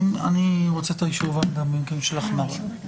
אני רוצה אישור ועדה במקרים של החמרה.